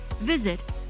visit